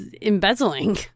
embezzling